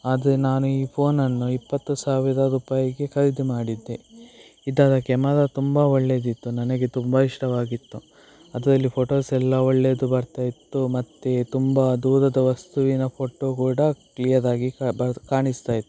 ಆದರೆ ನಾನು ಈ ಫೋನನ್ನು ಇಪ್ಪತ್ತು ಸಾವಿರ ರೂಪಾಯಿಗೆ ಖರೀದಿ ಮಾಡಿದ್ದೆ ಇದರ ಕ್ಯಾಮರಾ ತುಂಬ ಒಳ್ಳೆಯದಿತ್ತು ನನಗೆ ತುಂಬ ಇಷ್ಟವಾಗಿತ್ತು ಅದರಲ್ಲಿ ಫೋಟೋಸ್ ಎಲ್ಲ ಒಳ್ಳೆಯದು ಬರ್ತಾ ಇತ್ತು ಮತ್ತು ತುಂಬ ದೂರದ ವಸ್ತುವಿನ ಫೋಟೋ ಕೂಡ ಕ್ಲಿಯರ್ ಆಗಿ ಕಾಣಿಸ್ತಾ ಇತ್ತು